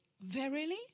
verily